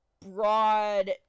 broad